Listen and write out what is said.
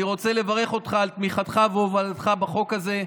אני רוצה לברך אותך על תמיכתך והובלתך בחוק הזה,